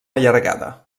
allargada